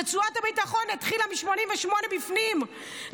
רצועת הביטחון התחילה מ-1988 בפנים,